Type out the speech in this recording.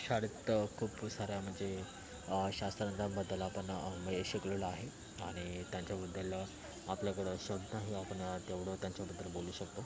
शाळेत खूप साऱ्या म्हणजे शास्त्रज्ञांबद्दल आपण बरेच शिकलेलो आहे आणि त्यांच्याबद्दल आपल्याकडे शब्द नाही आपण तेवढं त्यांच्याबद्दल बोलू शकतो